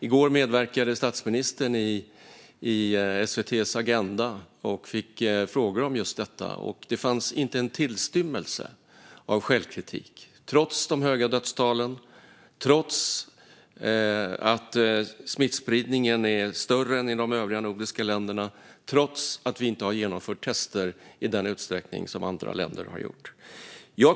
I går medverkade statsministern i SVT:s Agenda och fick frågor om just detta. Det fanns inte en tillstymmelse till självkritik - trots de höga dödstalen, trots att smittspridningen är större än i de övriga nordiska länderna och trots att vi inte har genomfört tester i den utsträckning som andra länder har gjort.